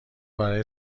برای